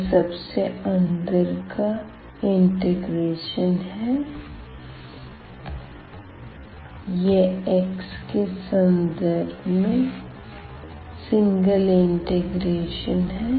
यह सबसे अंदर का इंटीग्रेशन है यह x के संदर्भ में सिंगल इंटिगरेशन है